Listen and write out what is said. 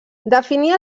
definia